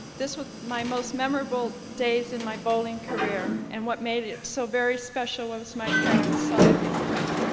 this was my most memorable days in my bowling career and what made it so very special as my parents saw every frame.